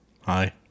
Hi